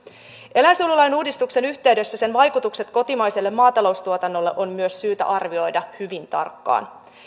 eläinsuojelulain uudistuksen yhteydessä sen vaikutukset kotimaiseen maataloustuotantoon on myös syytä arvioida hyvin tarkkaan